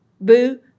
boo